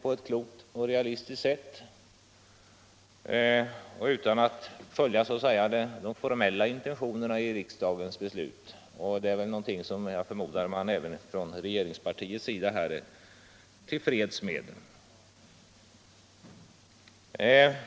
på ett klokt och realistiskt sätt utifrån de verkliga förhållandena, utan att följa de formella intentionerna i riksdagens beslut. Jag förmodar att även regeringspartiet är till freds med detta.